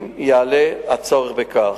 אם יעלה הצורך בכך.